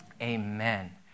amen